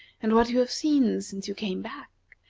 and what you have seen since you came back,